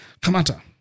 Kamata